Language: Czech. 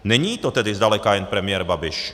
Není to tedy zdaleka jen premiér Babiš.